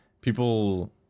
people